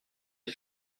des